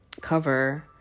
cover